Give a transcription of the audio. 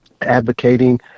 advocating